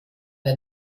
der